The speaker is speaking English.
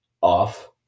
off